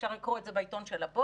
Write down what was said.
אפשר לקרוא את זה בעיתון של הבוקר,